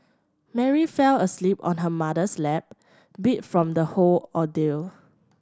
Mary fell asleep on her mother's lap beat from the whole ordeal